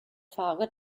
fahrer